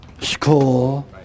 school